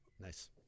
Nice